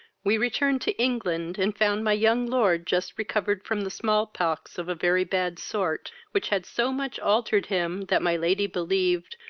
we returned to england, and found my young lord just recovered from the small-pox, of a very bad sort, which had so much altered him, that my lady believed,